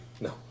No